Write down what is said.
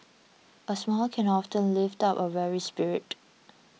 a smile can often lift up a weary spirit